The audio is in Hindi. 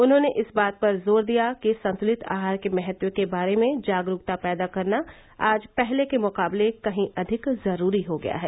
उन्होंने इस बात पर जोर दिया कि संतुलित आहार के महत्व के बारे में जागरूकता पैदा करना आज पहले के मुकाबले कहीं अधिक जरूरी हो गया है